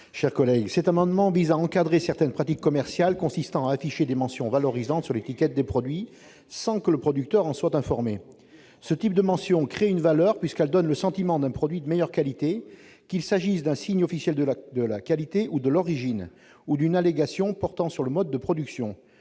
Tissot. Cet amendement vise à encadrer certaines pratiques commerciales consistant à afficher des mentions valorisantes sur l'étiquette des produits, sans que le producteur en soit informé. Ce type de mentions crée une valeur, puisqu'elle donne le sentiment d'un produit de meilleure qualité, qu'il s'agisse d'un signe officiel de la qualité ou de l'origine ou d'une allégation portant sur le mode de production.